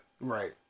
Right